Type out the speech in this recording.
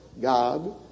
God